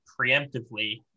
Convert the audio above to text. preemptively